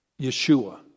Yeshua